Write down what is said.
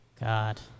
God